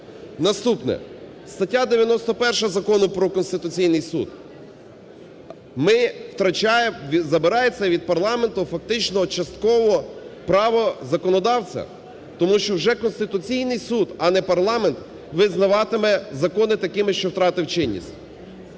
Наступне. Стаття 91 Закону про Конституційний Суд. Ми втрачаємо, забирається від парламенту фактично частково право законодавця, тому що вже Конституційний Суд, а не парламент, визнаватиме закони такими, що втратив чинність.